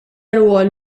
rwol